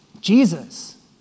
Jesus